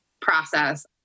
process